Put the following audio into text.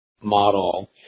model